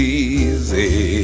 easy